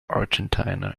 argentina